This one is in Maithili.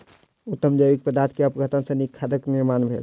उत्तम जैविक पदार्थ के अपघटन सॅ नीक खादक निर्माण भेल